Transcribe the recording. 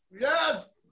Yes